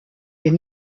est